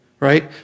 right